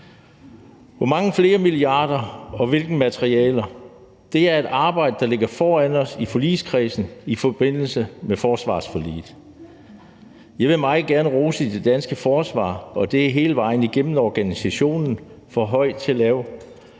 og hvilke materialer der er tale om, vil indgå i det arbejde, der ligger foran os i forligskredsen i forbindelse med forsvarsforliget. Jeg vil meget gerne rose det danske forsvar – det gælder hele vejen igennem organisationen fra høj til lav